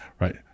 Right